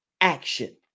action